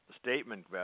statement